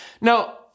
Now